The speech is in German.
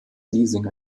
leasing